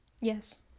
Yes